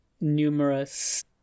numerous